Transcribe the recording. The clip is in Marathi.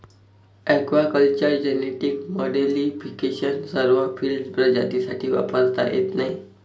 एक्वाकल्चर जेनेटिक मॉडिफिकेशन सर्व फील्ड प्रजातींसाठी वापरता येत नाही